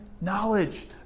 knowledge